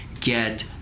get